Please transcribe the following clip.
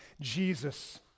Jesus